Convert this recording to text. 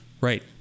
Right